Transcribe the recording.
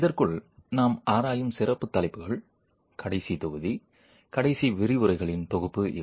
இதற்குள் நாம் ஆராயும் சிறப்புத் தலைப்புகள் கடைசி தொகுதி கடைசி விரிவுரைகளின் தொகுப்பு இவை